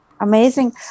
Amazing